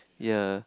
yea